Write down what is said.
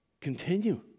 Continue